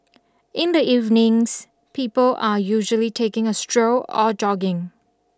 in the evenings people are usually taking a stroll or jogging